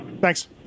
Thanks